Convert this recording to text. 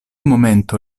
momento